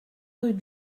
rue